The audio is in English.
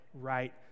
right